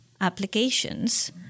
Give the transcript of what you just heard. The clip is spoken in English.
applications